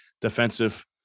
defensive